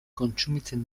kontsumitzen